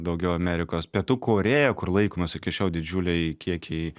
daugiau amerikos pietų korėja kur laikomos iki šiol didžiuliai kiekiai